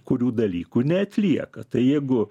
kurių dalykų neatlieka tai jeigu